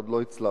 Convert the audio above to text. עוד לא הצלחתי.